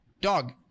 Dog